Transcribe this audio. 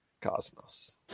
cosmos